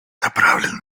направлено